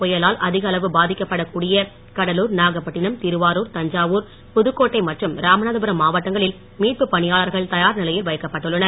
புயலால் அதிக அளவு பாதிக்கப்படக் கூடிய கடலூர் நாகப்பட்டினம் திருவாருர் தஞ்சாவூர் புதுக்கோட்டை மற்றும் ராமநாதபுரம் மாவட்டங்களில் மீட்பு பணியாளர்கள் தயார் நிலையில் வைக்கப்பட்டுள்ளனர்